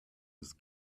was